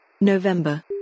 November